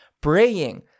praying